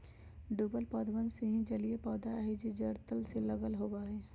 डूबल पौधवन वैसे ही जलिय पौधा हई जो जड़ तल से लगल होवा हई